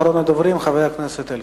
אחרון הדוברים, חבר הכנסת זאב